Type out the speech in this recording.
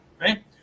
right